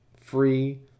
free